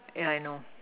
yeah I know